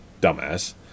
Dumbass